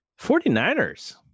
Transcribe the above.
49ers